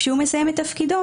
כשהוא מסיים את תפקידו,